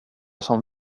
som